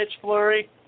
Flurry